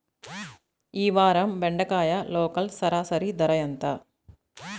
ఈ వారం బెండకాయ లోకల్ సరాసరి ధర ఎంత?